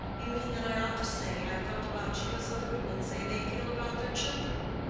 you mean that i ought to say i felt about you as other women say they feel about their children.